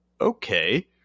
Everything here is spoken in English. Okay